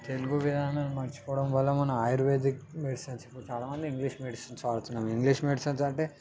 తెలుగు గేయాన్ని మర్చిపోవడం వల్ల మన ఆయుర్వేదిక్ మెడిసిన్స్ ఇప్పుడు చాలామంది ఇంగ్లీష్ మెడిసిన్స్ వాడుతున్నాము ఇంగ్లీష్ మెడిసిన్స్ అంటే